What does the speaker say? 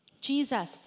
Jesus